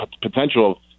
potential